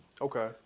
Okay